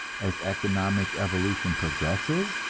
as economic evolution progresses,